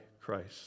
Christ